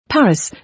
Paris